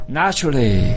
naturally